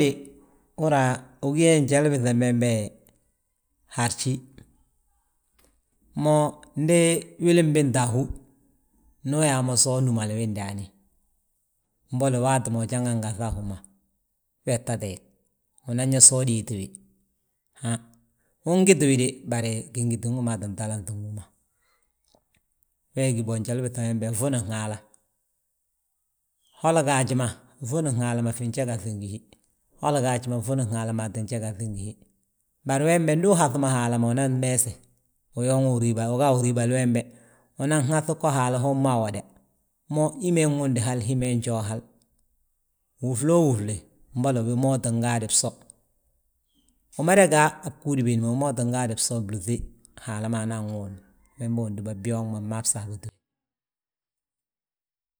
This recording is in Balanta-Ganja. He, húra ugí ge njalu ubiiŧam bembe, harjí, mo ndi wili mbinte a hú. Ndu uyaa mo so unúmali wi ndaani, mbolo waati ma ujangan gaŧa a hú ma, wee tta teeg. Unan yaa so udiiti wi, han ungiti wi de bari gingiti wi maa tti talanŧi ngi hú ma. Wee gí bo njali ndi bitoona yaa fwunin Haala. Holi gaaji ma fwunin Haala ma finje gaŧi ngi hi, holi gaaji ma fwunin Haala fge je gaŧi ngi hi. Bari wembe ndu uhaŧi mo Haala ma unan meese, uyooŋi uriibal, uga uriibali wembe. Unan haŧi go Haala hommu awoda, mo hí ma nwundi hal, hi ma njoo hal. Wúfloo wúfle, mboli wi ma tingaade bso, wu mada ga a bgúudi biindi ma, wi maa ttin gaadi bso blúŧi Haala man wi wunde, wembe undúba byooŋ ma mma bsaabuti wi.